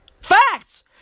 Facts